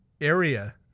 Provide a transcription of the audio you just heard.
area